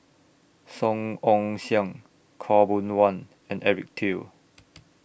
Song Ong Siang Khaw Boon Wan and Eric Teo